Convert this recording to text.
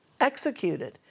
executed